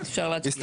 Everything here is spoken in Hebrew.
מי נגד?